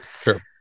Sure